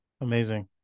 Amazing